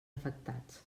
afectats